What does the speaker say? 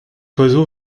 oiseau